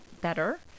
better